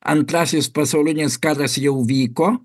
antrasis pasaulinis karas jau vyko